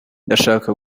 ndashaka